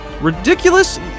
Ridiculous